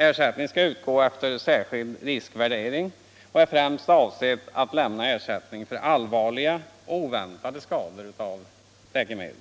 Ersättning skall utgå efter särskild riskvärdering och försäkringen är främst avsedd att lämna ersättning för allvarliga och oväntade skador av läkemedel.